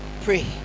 pray